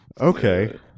Okay